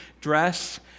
dress